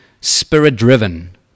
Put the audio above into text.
spirit-driven